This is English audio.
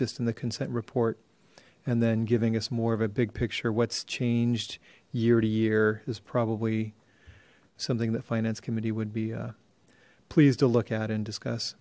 just in the consent report and then giving us more of a big picture what's changed year to year is probably something that finance committee would be pleased to look at and discuss